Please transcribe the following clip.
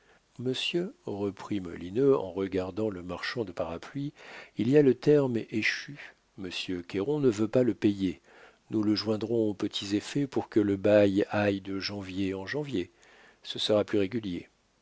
monsieur reprit molineux en regardant le marchand de parapluies il y a le terme échu monsieur cayron ne veut pas le payer nous le joindrons aux petits effets pour que le bail aille de janvier en janvier ce sera plus régulier